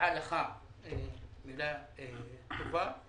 מגיעה לך מילה טובה,